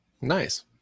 Nice